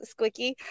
squicky